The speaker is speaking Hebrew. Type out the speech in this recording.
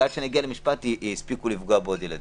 ועד שנגיע למשפט יספיקו לפגוע בעוד ילדים.